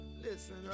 Listen